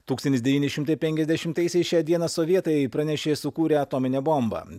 tūkstantis devyni šimtai penkiasdešimtaisiais šią dieną sovietai pranešė sukūrę atominę bombą